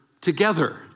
Together